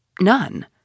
None